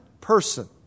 person